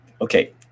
okay